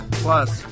plus